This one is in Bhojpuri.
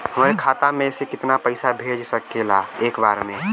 हमरे खाता में से कितना पईसा भेज सकेला एक बार में?